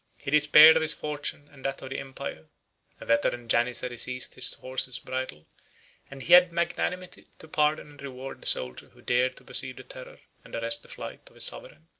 he despaired of his fortune and that of the empire a veteran janizary seized his horse's bridle and he had magnanimity to pardon and reward the soldier who dared to perceive the terror, and arrest the flight, of his sovereign.